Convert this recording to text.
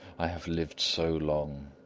i have lived so long!